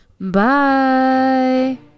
Bye